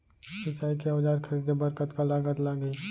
सिंचाई के औजार खरीदे बर कतका लागत लागही?